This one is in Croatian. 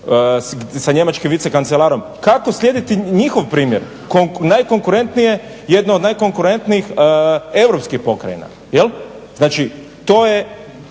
sa njemačkim vicekancelarom. Kako slijediti njihov primjer, jedne od najkonkurentnijih europskih pokrajina. Znači to je